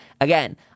Again